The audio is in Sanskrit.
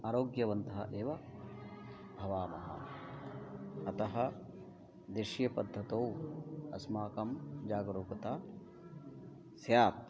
आरोग्यवन्तः एव भवामः अतः देशीयपद्धतौ अस्माकं जागरूकता स्यात्